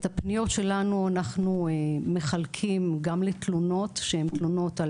את הפניות שלנו אנחנו מחלקים גם לתלונות שהן תלונות על